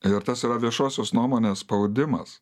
ir tas yra viešosios nuomonės spaudimas